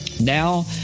now